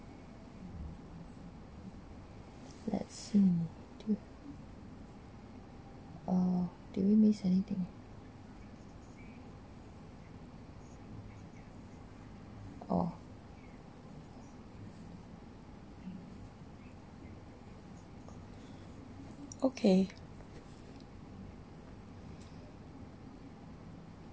let's see do uh did we missed anything oh okay